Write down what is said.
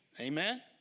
amen